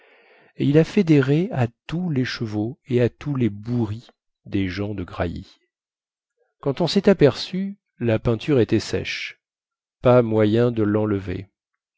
et il a fait des raies à tous les chevaux et à tous les bourris des gens de grailly quand on sen est aperçu la peinture était sèche pas moyen de lenlever